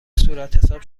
صورتحساب